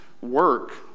work